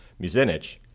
Muzinich